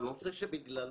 זה נכון.